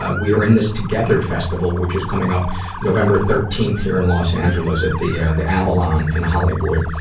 ah we're in this together festival, which is coming up november thirteenth here in los angeles at the, ah, the avalon in hollywood.